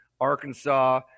Arkansas